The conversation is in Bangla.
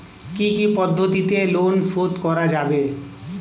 কি কি পদ্ধতিতে লোন শোধ করা যাবে?